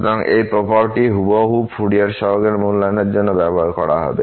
সুতরাং সেই প্রপার্টি হুবহু ফুরিয়ার সহগ মূল্যায়নের জন্য ব্যবহার করা হবে